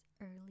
early